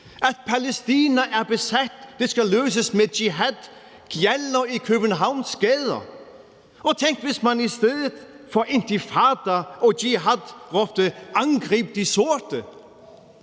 at »Palæstina er besat, det skal løses med jihad« gjalder i Københavns gader. Tænk, hvis man i stedet for »intifada« og »jihad« råbte »angrib de sorte«.